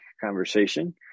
conversation